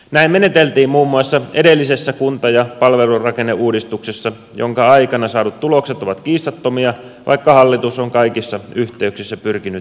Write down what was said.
näin meneteltiin muun muassa edellisessä kunta ja palvelurakenneuudistuksessa jonka aikana saadut tulokset ovat kiistattomia vaikka hallitus on kaikissa yhteyksissä pyrkinyt vähättelemään niitä